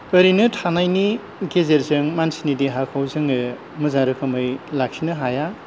ओरैनो थानायनि गेजेरजों मानसिनि देहाखौ जोङो मोजां रोखोमै लाखिनो हाया